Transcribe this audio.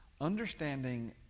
understanding